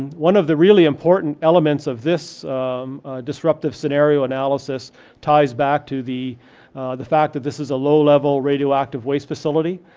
one of the really important elements of this disruptive scenario analysis ties back to the fact fact that this is a low level radioactive waste facility,